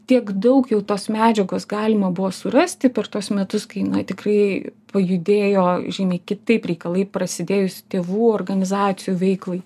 tiek daug jau tos medžiagos galima buvo surasti per tuos metus kai na tikrai pajudėjo žymiai kitaip reikalai prasidėjus tėvų organizacijų veiklai